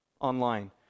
online